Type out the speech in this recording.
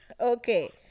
Okay